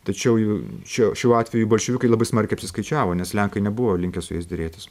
tačiau jų čia šiuo atveju bolševikai labai smarkiai apsiskaičiavo nes lenkai nebuvo linkę su jais derėtis